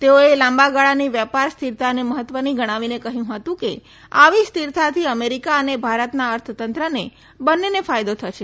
તેઓએ લાંબા ગાળાની વેપાર સ્થિરતાને મહત્વની ગણાવીને કહ્યું હતું કે આવી સ્થિરતાથી અમેરિકા અને ભારતના અર્થતંત્રને બંનેને ફાયદો થશે